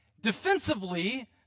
Defensively